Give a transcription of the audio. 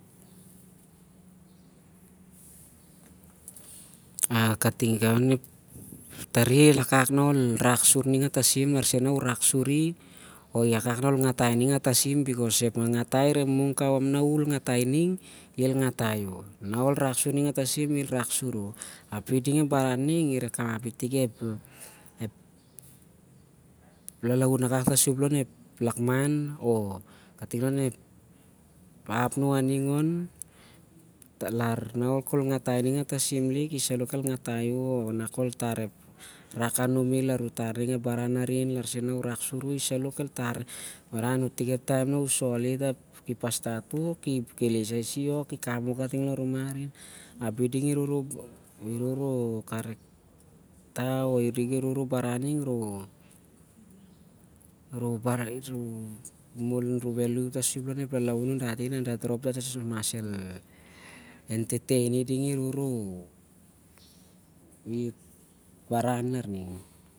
Ah- katingau onep tari el wakak nah olrak sur ninga tasin larsen nah ol rak suri, o- i- akak nah ol ngatai ning a tasim larep ngangatai ireh mung nah u ngatai i- ap- el- ngatai u ap nah ol rak sun ninga tasim api- api- el rak sur- u- senaloh. Api ding ep baran ning ireh kamap itik ep lalaun akak ting sup an lon- ep- lakman